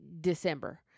December